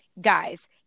Guys